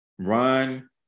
Run